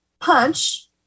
punch